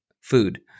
Food